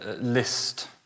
list